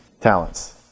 talents